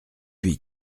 huit